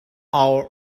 all